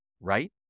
right